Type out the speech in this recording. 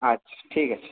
আচ্ছা ঠিক আছে